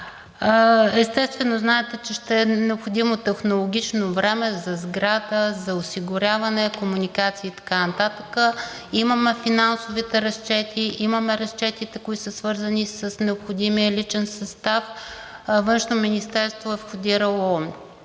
Естествено, знаете, че ще е необходимо технологично време за сграда, за осигуряване, комуникация и така нататък. Имаме финансовите разчети, имаме разчетите, които са свързани с необходимия личен състав. Външно министерство е входирало